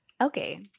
Okay